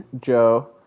Joe